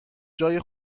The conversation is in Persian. جای